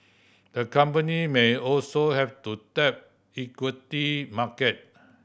the company may also have to tap equity market